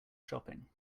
shopping